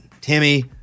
Timmy